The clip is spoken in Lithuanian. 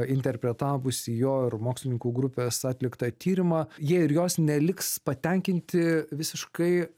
interpretavusį jo ir mokslininkų grupės atliktą tyrimą jie ir jos neliks patenkinti visiškai